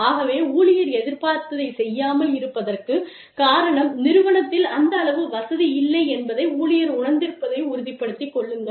ஆகவே ஊழியர் எதிர்பார்த்ததைச் செய்யாமல் இருப்பதற்குக் காரணம் நிறுவனத்தில் அந்த அளவு வசதி இல்லை என்பதை ஊழியர் உணர்ந்திருப்பதை உறுதிப்படுத்திக் கொள்ளுங்கள்